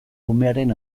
umearen